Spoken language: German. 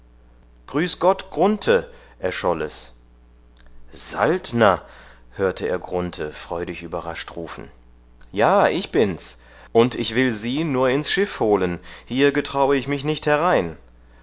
grüß gott grunthe erscholl es saltner hörte er grunthe freudig überrascht rufen ja ich bin's und ich will sie nur ins schiff holen hier getraue ich mich nicht herein